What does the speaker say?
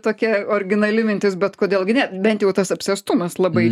tokia originali mintis bet kodėl gi ne bent jau tas apsėstumas labai